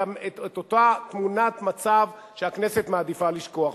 את אותה תמונת מצב שהכנסת מעדיפה לשכוח.